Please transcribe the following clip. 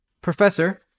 Professor